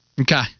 Okay